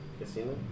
Casino